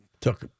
took